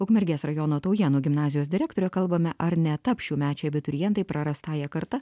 ukmergės rajono taujėnų gimnazijos direktore kalbame ar netaps šiųmečiai abiturientai prarastąja karta